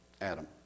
Adam